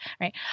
right